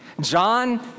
John